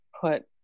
put